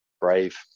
Brave